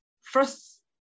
First